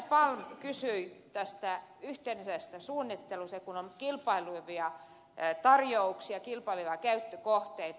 palm kysyi tästä yhteisestä suunnittelusta kun on kilpailevia tarjouksia kilpailevia käyttökohteita